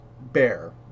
bear